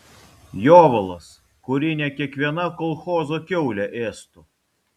jovalas kurį ne kiekviena kolchozo kiaulė ėstų